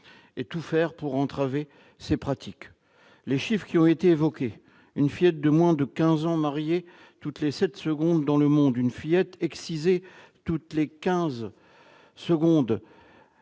et tout faire pour entraver ces pratiques. Les chiffres qui ont été évoqués- une fillette de moins de 15 ans mariée toutes les sept secondes dans le monde, une fillette excisée toutes les quinze secondes